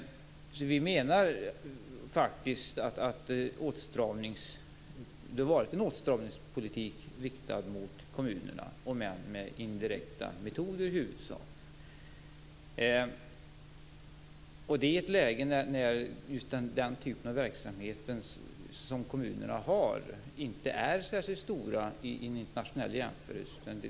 Vi menar faktiskt att det har varit en åtstramningspolitik riktad mot kommunerna om än med indirekta metoder i huvudsak. Och det har skett i ett läge där just den typ av verksamhet som kommunerna har inte är särskilt stor i en internationell jämförelse.